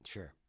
Sure